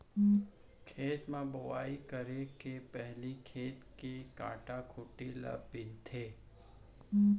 खेत म बोंवई करे के पहिली खेत के कांटा खूंटी ल बिनथन